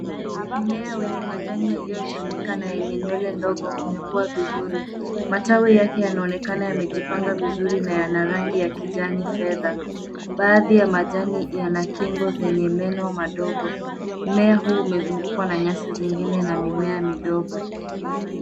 Mmea wenye majani yaliyochanika na yenye nywele ndogo umekua vizuri. Matawi yake yanaonekana yamejipanga vizuri na yana rangi ya kijani fedha. Baadhi ya majani yana kingo zenye meno madogo. Mmea huu umezungukwa na nyasi zingine na mimea midogo.